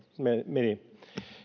meni